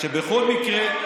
שבכל מקרה,